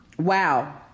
wow